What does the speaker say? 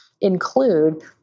include